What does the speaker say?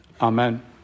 Amen